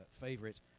favorite